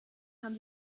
haben